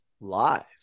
live